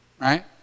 Right